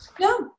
No